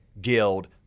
guild